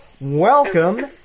welcome